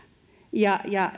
ja ja